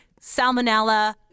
salmonella